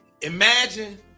imagine